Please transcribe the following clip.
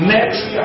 Next